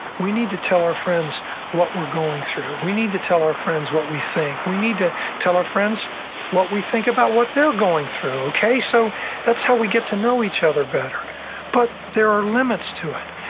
we need to tell our friends what we're going through. we need to tell our friends what we think. we need to tell our friends what we think about what they're going through. so that's how we get to know each other better but there are limits to it,